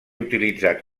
utilitzat